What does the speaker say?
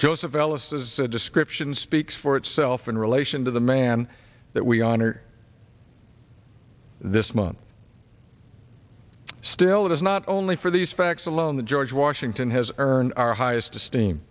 a description speaks for itself in relation to the man that we honor this month still it is not only for these facts alone the george washington has earned our highest esteem